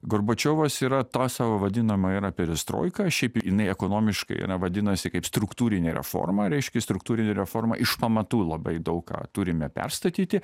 gorbačiovas yra tą savo vadinamąją perestroiką šiaip jinai ekonomiškai yra vadinasi kaip struktūrinė reforma reiškė struktūrinė reforma iš pamatų labai daug ką turime perstatyti